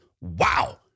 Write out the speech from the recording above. Wow